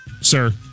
sir